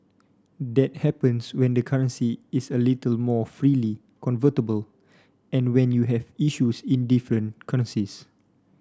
that happens when the currency is a little more freely convertible and when you have issues in different currencies